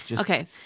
Okay